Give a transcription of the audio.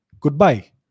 goodbye